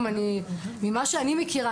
ממה שאני מכירה,